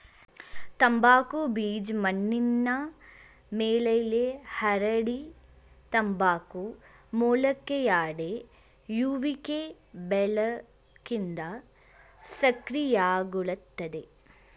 ತಂಬಾಕು ಬೀಜ ಮಣ್ಣಿನ ಮೇಲ್ಮೈಲಿ ಹರಡಿ ತಂಬಾಕು ಮೊಳಕೆಯೊಡೆಯುವಿಕೆ ಬೆಳಕಿಂದ ಸಕ್ರಿಯಗೊಳ್ತದೆ